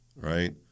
right